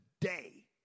today